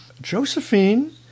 Josephine